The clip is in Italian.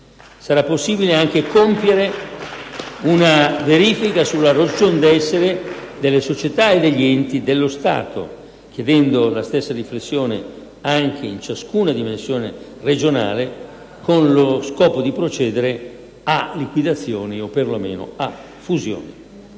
Sarà possibile anche compiere una verifica congiunta sulla ragione di essere di società ed enti dello Stato, chiedendo la stessa riflessione in ciascuna dimensione regionale con lo scopo di procedere a liquidazione o perlomeno a fusioni.